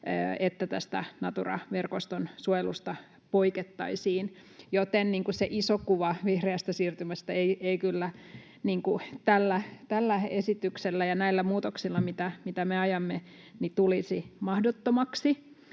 että tästä Natura-verkoston suojelusta poikettaisiin, joten se iso kuva vihreästä siirtymästä ei kyllä tällä esityksellä ja näillä muutoksilla, mitä me ajamme, tulisi mahdottomaksi.